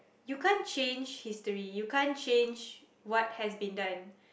you can't change history you can't change what has been done